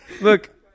Look